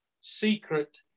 secret